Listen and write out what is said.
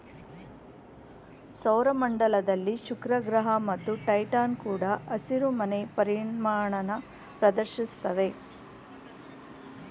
ಸೌರ ಮಂಡಲದಲ್ಲಿ ಶುಕ್ರಗ್ರಹ ಮತ್ತು ಟೈಟಾನ್ ಕೂಡ ಹಸಿರುಮನೆ ಪರಿಣಾಮನ ಪ್ರದರ್ಶಿಸ್ತವೆ